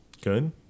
Good